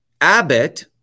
Abbott